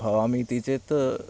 भवामीति चेत्